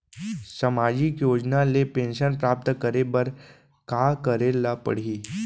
सामाजिक योजना ले पेंशन प्राप्त करे बर का का करे ल पड़ही?